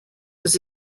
was